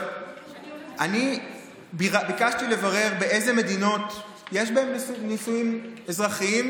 אני ביקשתי לברר באילו מדינות יש נישואים אזרחיים